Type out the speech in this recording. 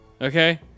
Okay